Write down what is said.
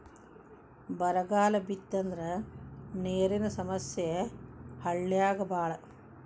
ಬರಗಾಲ ಬಿತ್ತಂದ್ರ ನೇರಿನ ಸಮಸ್ಯೆ ಹಳ್ಳ್ಯಾಗ ಬಾಳ